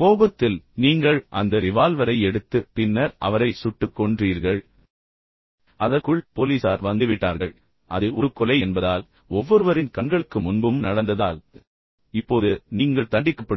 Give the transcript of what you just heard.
கோபத்தில் நீங்கள் அந்த ரிவால்வரை எடுத்து பின்னர் அவரை சுட்டுக் கொன்றீர்கள் அதற்குள் போலீசார் வந்துவிட்டார்கள் அவர்கள் உங்களைப் பிடித்தனர் பின்னர் அது ஒரு கொலை என்பதால் பின்னர் ஒவ்வொருவரின் கண்களுக்கு முன்பும் நடந்ததால் எனவே இப்போது நீங்கள் தண்டிக்கப்படுகிறீர்கள்